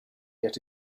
yet